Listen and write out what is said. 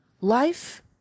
life